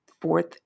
fourth